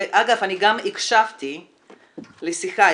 וגם הקשבתי לשיחה,